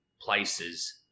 places